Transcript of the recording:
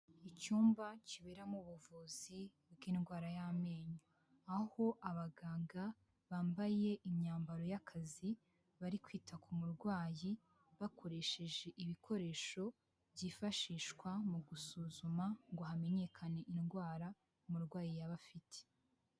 Icyumba kiberamo ubuvuzi bw'indwara y'amenyo. Aho abaganga bambaye imyambaro y'akazi, bari kwita ku murwayi, bakoresheje ibikoresho byifashishwa mu gusuzuma ngo hamenyekane indwara umurwayi yaba afite.